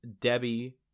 Debbie